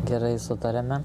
gerai sutariame